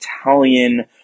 Italian